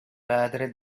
padre